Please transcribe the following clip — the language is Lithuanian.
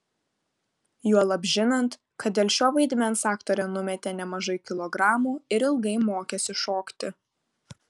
juolab žinant kad dėl šio vaidmens aktorė numetė nemažai kilogramų ir ilgai mokėsi šokti